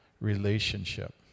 relationship